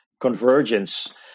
convergence